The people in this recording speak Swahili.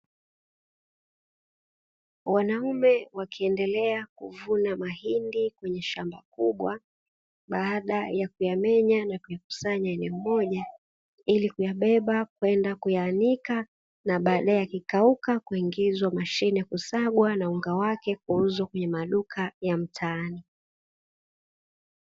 Wanaume wakiendelea kuvuna mahindi kwenye shamba kubwa baad aya kuyamenya na kuyakusanya sehemu moja, ili kuyabeba kwenda kuyaanika na baadae yakikauka kuingizwa mashine kusagwa na unga wake kuuzwa kwenye maduka ya mtaani.